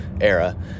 era